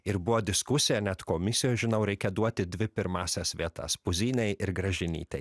ir buvo diskusija net komisijoj žinau reikia duoti dvi pirmąsias vietas puzinai ir gražinytei